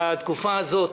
בתקופה הזאת